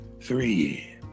three